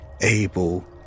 able